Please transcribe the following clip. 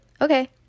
Okay